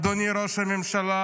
אדוני ראש הממשלה,